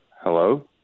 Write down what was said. Hello